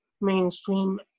mainstream